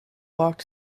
walked